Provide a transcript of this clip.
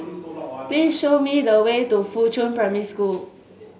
please show me the way to Fuchun Primary School